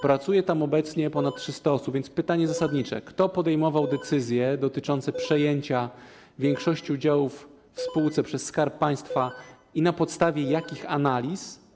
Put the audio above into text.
Pracuje tam obecnie ponad 300 osób, więc pytanie zasadnicze: Kto podejmował decyzje dotyczące przejęcia większości udziałów w spółce przez Skarb Państwa i na podstawie jakich analiz?